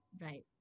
Right